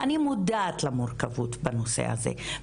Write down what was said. אני מודעת למורכבות בנושא הזה,